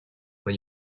when